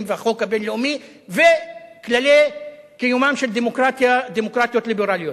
והחוק הבין-לאומי וכללי קיומן של דמוקרטיות ליברליות.